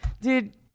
dude